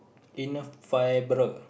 inner fiber